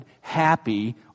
happy